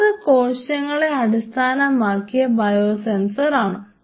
അത് കോശങ്ങളെ അടിസ്ഥാനമാക്കിയ ബയോസെൻസറാണ്Biosensors